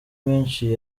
menshi